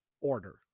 order